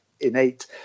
innate